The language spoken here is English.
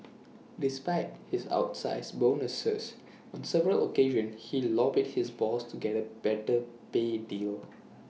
despite his outsize bonuses on several occasions he lobbied his boss to get A better pay deal